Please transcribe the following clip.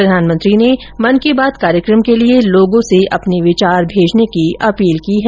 प्रधानमंत्री ने मन की बात कार्यक्रम के लिए लोगो से अपने विचार भेजने की अपील की है